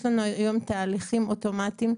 יש לנו היום תהליכים אוטומטיים,